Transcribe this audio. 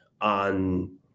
on